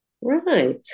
right